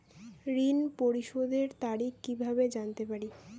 ঋণ পরিশোধের তারিখ কিভাবে জানতে পারি?